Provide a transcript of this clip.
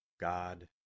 God